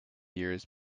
years